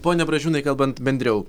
pone bražiūnai kalbant bendriau